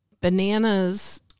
bananas